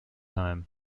time